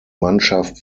mannschaft